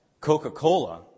Coca-Cola